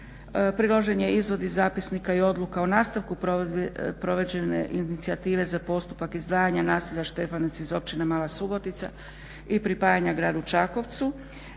priložen je izvod iz zapisnika i odluka o nastavku provođene inicijative za postupak izdvajana naselja Štefanec iz Općine Mala subotica i pripajanja Gradu Čakovcu.